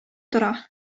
тора